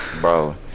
Bro